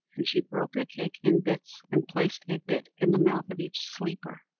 and she broke the cake in bits, and placed a bit in the mouth of each sleeper,